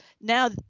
Now